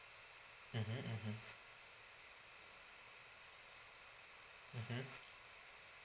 mmhmm mmhmm mmhmm